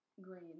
green